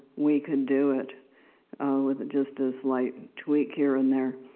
we can do it with just a slight tweak here and there.